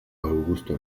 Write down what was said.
augusto